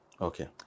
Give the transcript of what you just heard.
Okay